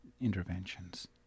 interventions